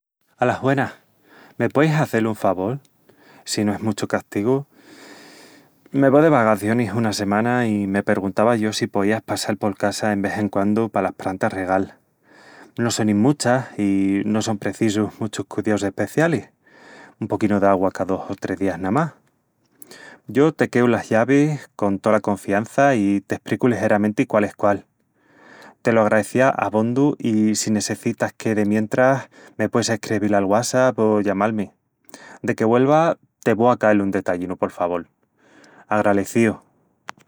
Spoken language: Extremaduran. Alas güenas, me pueis hazel un favol? Si no es muchu castigu... Me vó de vagacionis una semana i me perguntava yo si poías passal pol casa en vés en quandu palas prantas regal. No sonin muchas i no son precisus muchus cudiaus especialis, un poquinu d'augua ca dos o tres días namás. Yo te queu las llavis, con tola confiança, i t'espricu ligeramenti quál es quál. Te lo agraecía abondu i si nessecitas qué demientras, me pueis escrevil al whatsapp o llamal-mi. Deque güelva, te vó a cael un detallinu pol favol. Agralecíu!